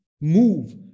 move